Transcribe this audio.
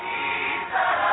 Jesus